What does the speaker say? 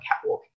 catwalk